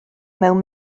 mewn